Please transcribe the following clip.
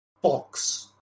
box